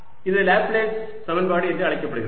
இது லேப்ளேஸ் சமன்பாடு என்று அழைக்கப்படுகிறது